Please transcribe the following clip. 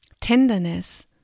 tenderness